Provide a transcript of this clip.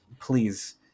please